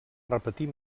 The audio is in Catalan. repetir